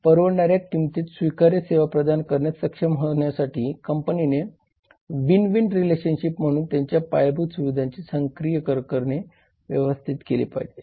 परवडणाऱ्या किमतीत स्वीकार्य सेवा प्रदान करण्यात सक्षम होण्यासाठी कंपनीने विन विन रिलेशनशिप म्हणून त्याच्या पायाभूत सुविधांचे सक्रियपणे व्यवस्थापन केले पाहिजे